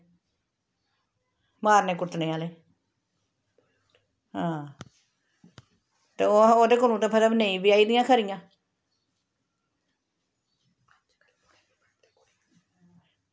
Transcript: मारने कुट्टने आह्ले हां ते ओह्दे कोलूं ते नेईं ब्याही दियां खरियां